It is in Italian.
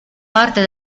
parte